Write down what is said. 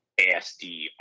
ASD